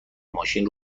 ماشین